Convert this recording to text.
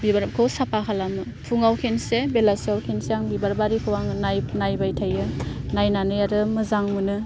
बिबारखौ साफा खालामो फुङाव खनसे बेलासियाव खनसे आं बिबार बारिखौ आङो नायबाय थायो नायनानै आरो मोजां मोनो